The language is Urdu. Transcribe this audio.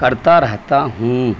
کرتا رہتا ہوں